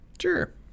sure